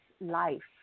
life